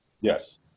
yes